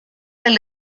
del